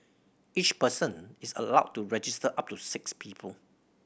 each person is allowed to register up to six people